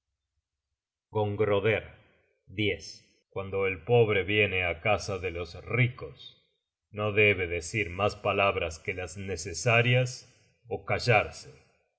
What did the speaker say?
gongroder cuando el pobre viene á casa de los ricos no debe decir mas palabras que las necesarias ó callarse